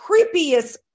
creepiest